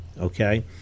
okay